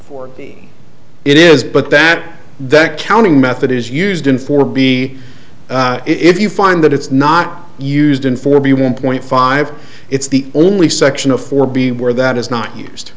for the it is but that that counting method is used in four b if you find that it's not used in four b one point five it's the only section of four b where that is not used